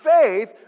faith